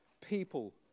people